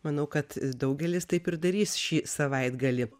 manau kad daugelis taip ir darys šį savaitgalį